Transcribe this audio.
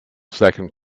second